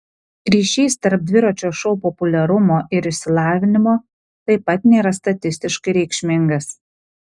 ryšys tarp dviračio šou populiarumo ir išsilavinimo taip pat nėra statistiškai reikšmingas